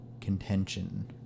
contention